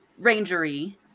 rangery